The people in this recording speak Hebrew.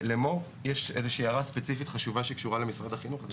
למור יש הערה ספציפית חשובה שקשורה למשרד החינוך.